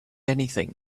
anything